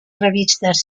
revistes